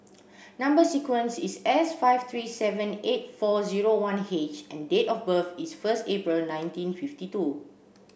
number sequence is S five three seven eight four zero one H and date of birth is first April nineteen fifty two